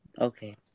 Okay